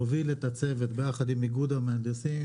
נוביל את הצוות ביחד עם איגוד המהנדסים,